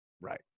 Right